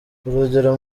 urugero